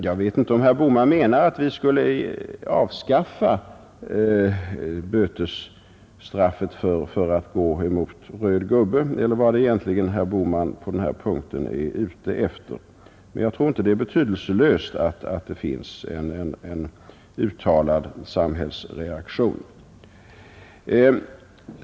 Jag vet inte om herr Bohman menar att vi skulle avskaffa bötesstraffet för att gå emot röd gubbe eller vad det egentligen är som herr Bohman på denna punkt är ute efter, men jag tror inte det är betydelselöst att det där finns en uttalad samhällsreaktion.